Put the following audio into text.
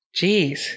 Jeez